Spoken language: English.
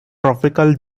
tropical